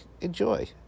enjoy